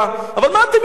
אבל מה אתם יודעים?